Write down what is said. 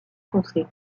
foncé